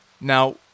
now